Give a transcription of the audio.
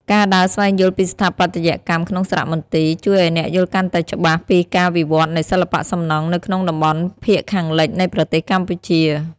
ការដើរស្វែងយល់ពីស្ថាបត្យកម្មក្នុងសារមន្ទីរ ជួយឱ្យអ្នកយល់កាន់តែច្បាស់ពីការវិវត្តនៃសិល្បៈសំណង់នៅក្នុងតំបន់ភាគខាងលិចនៃប្រទេសកម្ពុជា។